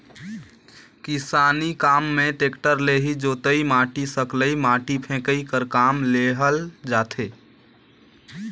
किसानी काम मे टेक्टर ले ही जोतई, माटी सकलई, माटी फेकई कर काम लेहल जाथे